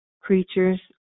Creatures